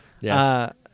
Yes